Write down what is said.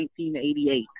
1988